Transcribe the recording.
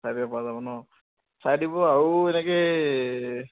চাই দিব পৰা যাব ন চাই দিব আৰু এনেকৈ